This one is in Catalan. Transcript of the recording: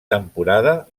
temporada